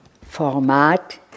format